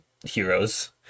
heroes